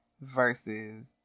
versus